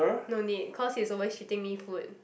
no need cause he's always treating me food